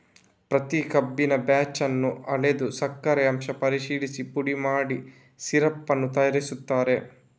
ಪ್ರತಿ ಕಬ್ಬಿನ ಬ್ಯಾಚ್ ಅನ್ನು ಅಳೆದು ಸಕ್ಕರೆ ಅಂಶ ಪರಿಶೀಲಿಸಿ ಪುಡಿ ಮಾಡಿ ಸಿರಪ್ ಅನ್ನು ತಯಾರಿಸುತ್ತಾರೆ